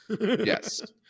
Yes